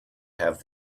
have